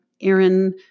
Aaron